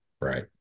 Right